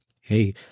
hey